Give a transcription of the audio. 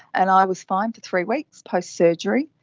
and i was fine for three weeks post-surgery.